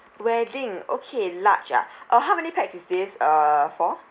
wedding uh okay large ah uh how many pax is this uh for